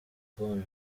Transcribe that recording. kubana